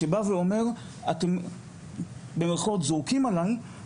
שבא ואומר: אתם זורקים עלי,